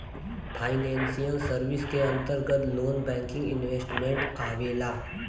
financial service क अंतर्गत loan banking investment आवेला